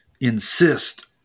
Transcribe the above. insist